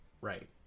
right